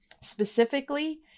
specifically